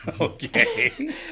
Okay